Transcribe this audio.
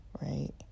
right